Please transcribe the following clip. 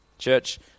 Church